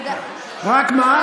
רק מה,